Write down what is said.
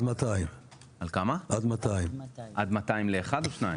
עד 200. עד 200 לאחד או שניים?